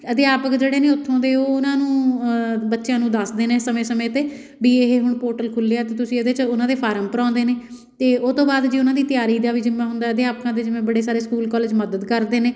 ਅਧਿਆਪਕ ਜਿਹੜੇ ਨੇ ਉੱਥੋਂ ਦੇ ਉਹ ਉਹਨਾਂ ਨੂੰ ਬੱਚਿਆਂ ਨੂੰ ਦੱਸਦੇ ਨੇ ਸਮੇਂ ਸਮੇਂ 'ਤੇ ਵੀ ਇਹ ਹੁਣ ਪੋਰਟਲ ਖੁੱਲ੍ਹਿਆ ਅਤੇ ਤੁਸੀਂ ਇਹਦੇ 'ਚ ਉਹਨਾਂ ਦੇ ਫਾਰਮ ਭਰਾਉਂਦੇ ਨੇ ਅਤੇ ਉਹਤੋਂ ਬਾਅਦ ਜੀ ਉਹਨਾਂ ਦੀ ਤਿਆਰੀ ਦਾ ਵੀ ਜਿੰਮਾ ਹੁੰਦਾ ਅਧਿਆਪਕਾਂ ਦੇ ਜਿਵੇਂ ਬੜੇ ਸਾਰੇ ਸਕੂਲ ਕੋਲਜ ਮਦਦ ਕਰਦੇ ਨੇ